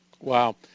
wow